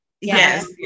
yes